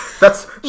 That's-